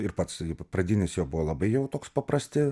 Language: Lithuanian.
ir pats pradinis jo buvo labai jau toks paprasti